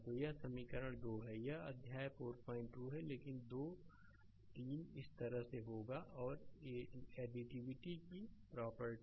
तो यह समीकरण 2 है यह अध्याय 42 है लेकिन 2 3 इस तरह से होगा और एडीटीवीadd की प्रॉपर्टी